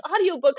audiobooks